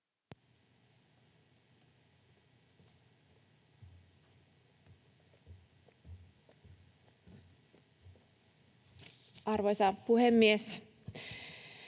Arvoisa puhemies!